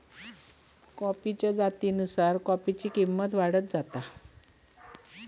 कॉफीच्या जातीनुसार कॉफीची किंमत वाढत जाता